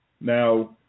Now